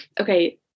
okay